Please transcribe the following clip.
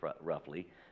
roughly